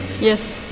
Yes